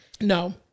No